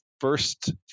first